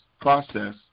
process